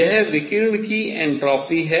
यह विकिरण की एन्ट्रॉपी है